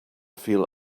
feel